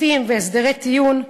משפטים והסדרי טיעון,